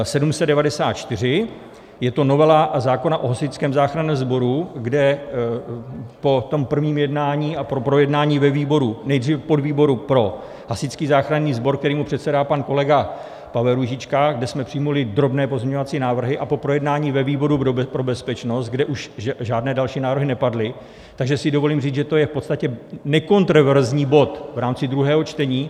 Je to novela zákona o Hasičském záchranném sboru, kde po prvním jednání a po projednání ve výboru, nejdříve v podvýboru pro Hasičský záchranný sbor, kterému předsedá pan kolega Pavel Růžička, kde jsme přijali drobné pozměňovací návrhy, a po projednání ve výboru pro bezpečnost, kde už žádné další návrhy nepadly, takže si dovolím říct, že to je v podstatě nekontroverzní bod v rámci druhého čtení.